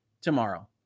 tomorrow